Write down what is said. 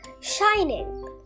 shining